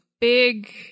big